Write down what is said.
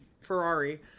Ferrari